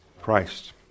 christ